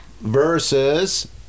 Versus